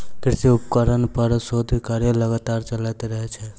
कृषि उपकरण पर शोध कार्य लगातार चलैत रहैत छै